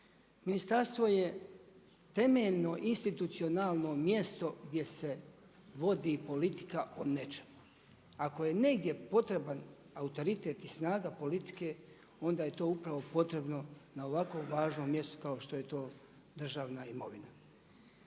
Ministarstvo je temeljno institucionalno mjesto gdje se vodi politika o nečemu. Ako je negdje potreban autoritet i snaga politike, onda je to upravo potrebno na ovako važnom mjestu kao što je to državna imovina